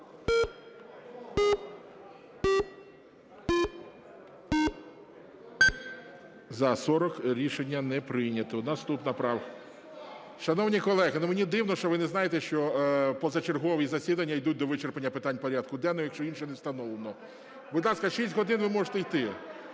За-40 Рішення не прийнято. Наступна правка. (Шум у залі) Шановні колеги, ну, мені дивно, що ви не знаєте, що позачергові засідання ідуть до вичерпання питань порядку денного, якщо інше не встановлено. Будь ласка, 6 годин, ви можете йти.